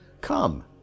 Come